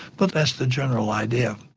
but that's the general idea.